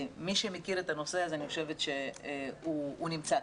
מי שמכיר את הנושא הזה אני חושבת שהוא נמצא כאן.